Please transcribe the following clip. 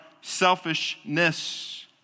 selfishness